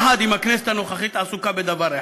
יחד עם הכנסת הנוכחית, עסוקה בדבר אחד: